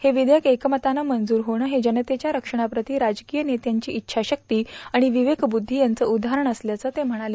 हे विवेयक एकमतानं मंजूर झेणं हे जनतेच्या रखणाप्रती राजकीय नेत्यांची इच्छाशक्ती आणि विवेकवुद्धी यांचं उदाहरण असल्याचं ते म्हणाले